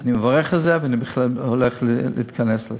אני לא מבין על מה סערת הרוחות היום.